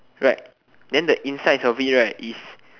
right then the insides of it right is